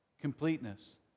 completeness